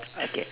okay